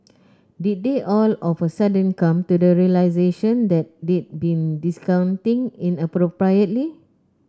did they all of a sudden come to the realisation that they'd been discounting inappropriately